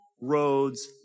roads